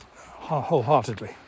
wholeheartedly